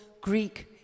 Greek